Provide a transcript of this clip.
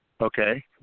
Okay